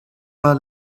pas